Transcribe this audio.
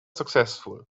successful